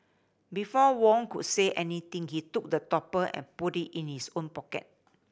before Wong could say anything he took the topper and put it in his own pocket